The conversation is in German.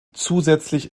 zusätzlich